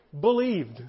Believed